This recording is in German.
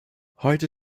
heute